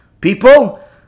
people